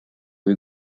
kui